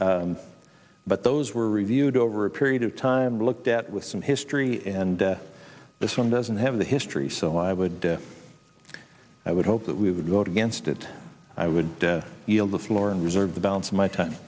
loans but those were reviewed over a period of time or looked at with some history and this one doesn't have the history so i would i would hope that we would vote against it i would yield the floor and reserve the balance of my time